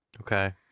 Okay